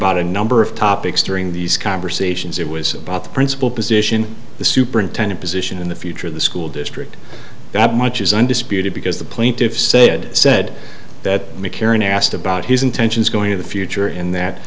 about a number of topics during these conversations it was about the principal position the superintendent position in the future of the school district that much is undisputed because the plaintiffs said said that mccarran asked about his intentions going to the future and that